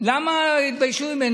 למה התביישו ממנו?